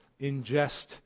ingest